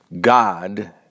God